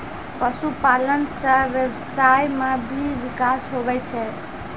पशुपालन से व्यबसाय मे भी बिकास हुवै छै